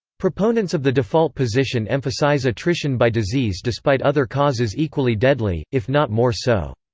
proponents of the default position emphasize attrition by disease despite other causes equally deadly, if not more so.